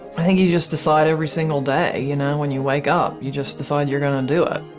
i think you just decide every single day, you know, when you wake up, you just decide you're going to do it.